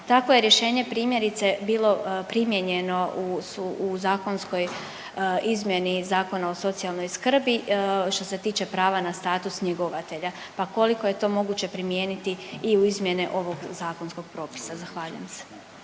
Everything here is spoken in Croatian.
Takvo je rješenje primjerice, bilo primijenjeno u zakonskoj izmjeni Zakona o socijalnoj skrbi, što se tiče prava na status njegovatelja, pa koliko je to moguće primijeniti i u izmjene ovog zakonskog propisa? Zahvaljujem se.